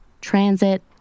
transit